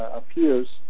appears